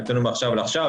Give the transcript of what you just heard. מבחינתנו, מעכשיו לעכשיו.